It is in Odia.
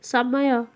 ସମୟ